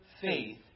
faith